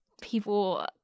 people